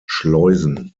schleusen